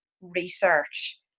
research